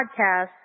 podcast